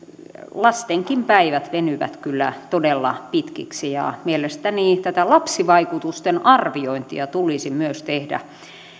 lastenkin päivät venyvät kyllä todella pitkiksi mielestäni tätä lapsivaikutusten arviointia tulisi myös tehdä